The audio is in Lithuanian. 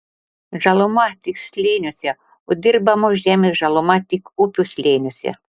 žaluma tik slėniuose o dirbamos žemės žaluma tik upių slėniuose